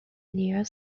near